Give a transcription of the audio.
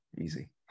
easy